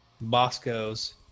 Bosco's